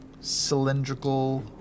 cylindrical